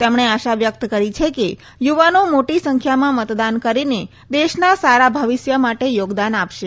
તેમણે આશા વ્યક્ત કરી છે કે યુવાનો મોટી સંખ્યામાં મતદાન કરીને દેશના સારા ભવિષ્ય માટે યોગદાન આપશે